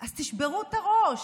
אז תשברו את הראש,